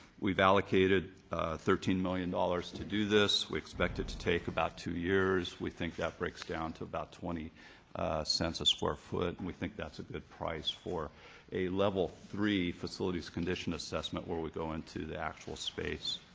we've allocated thirteen million dollars to do this. we expect it to take about two years. we think that breaks down to about twenty cents a square foot and we think that's a good price for a level three facilities condition assessment where we go into the actual space.